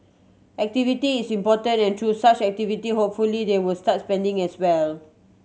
activity is important and through such activity hopefully they will start spending as well